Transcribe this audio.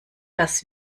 dass